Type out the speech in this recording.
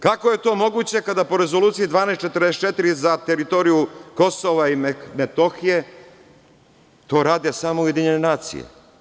Kako je to moguće kada po Rezoluciji 1244 za teritoriju Kosova i Metohije to rade samo Ujedinjene nacije?